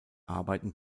arbeiten